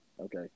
Okay